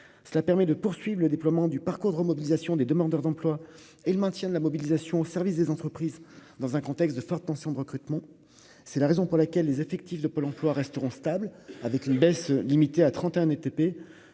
cela permet de poursuivent le déploiement du parcours de remobilisation des demandeurs d'emplois et le maintien de la mobilisation au service des entreprises dans un contexte de fortes tensions de recrutement, c'est la raison pour laquelle les effectifs de Pôle Emploi resteront stables, avec une baisse limitée à 31 DTP,